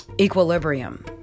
equilibrium